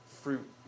fruit